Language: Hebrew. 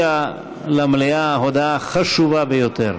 להודיע למליאה הודעה חשובה ביותר.